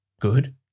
good